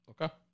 Okay